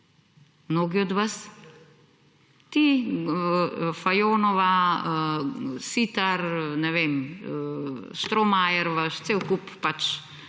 mnogi od vas, ti, Fajonova, Siter, ne vem, Štromajer, cel kup pač,